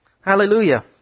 Hallelujah